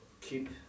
keep